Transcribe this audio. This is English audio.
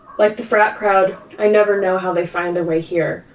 like the frat crowd, i never know how they find their way here,